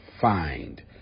find